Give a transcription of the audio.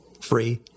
free